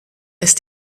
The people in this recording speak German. ist